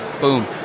boom